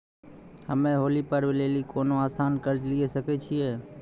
हम्मय होली पर्व लेली कोनो आसान कर्ज लिये सकय छियै?